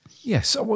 Yes